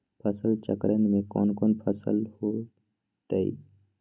फसल चक्रण में कौन कौन फसल हो ताई?